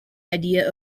idea